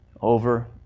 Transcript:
over